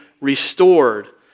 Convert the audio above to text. restored